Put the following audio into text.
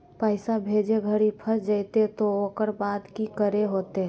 पैसा भेजे घरी फस जयते तो ओकर बाद की करे होते?